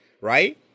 right